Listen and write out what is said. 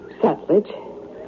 Sutledge